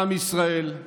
עם ישראל,